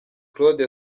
claude